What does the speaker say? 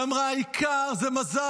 היא אמרה: זה מזל,